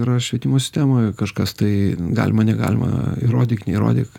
yra švietimo sistemoje kažkas tai galima negalima įrodyk neįrodyk